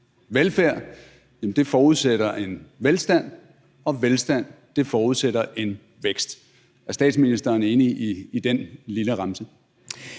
velfærd forudsætter en velstand og velstand forudsætter en vækst. Er statsministeren enig i den lille remse?